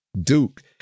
Duke